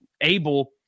able